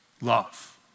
love